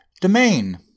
domain